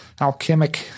alchemic